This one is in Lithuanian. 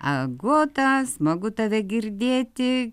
agota smagu tave girdėti